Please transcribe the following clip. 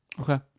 okay